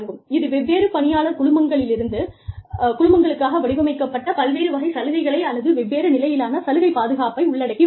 இது வெவ்வேறு பணியாளர் குழுக்களுக்காக வடிவமைக்கப்பட்ட பல்வேறு வகை சலுகைகளை அல்லது வெவ்வேறு நிலையிலான சலுகை பாதுகாப்பை உள்ளடக்கியுள்ளது